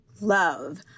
love